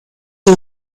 die